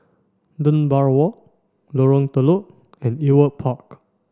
Dunbar Walk Lorong Telok and Ewart Park